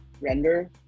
render